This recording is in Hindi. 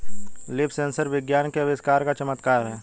लीफ सेंसर विज्ञान के आविष्कार का चमत्कार है